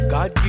God